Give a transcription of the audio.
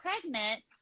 pregnant